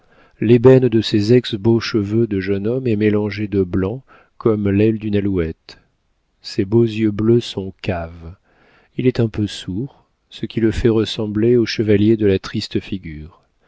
l'ébène de ses ex beaux cheveux de jeune homme est mélangé de blanc comme l'aile d'une alouette ses beaux yeux bleus sont caves il est un peu sourd ce qui le fait ressembler au chevalier de la triste figure